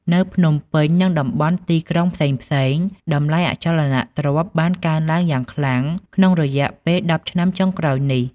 នៅភ្នំពេញ និងតំបន់ទីក្រុងផ្សេងៗ តម្លៃអចលនទ្រព្យបានកើនឡើងយ៉ាងខ្លាំងក្នុងរយៈពេលដប់ឆ្នាំចុងក្រោយនេះ។